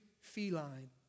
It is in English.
feline